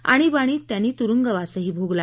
आणीबाणीत त्यांनी तुरुंगवासही भोगला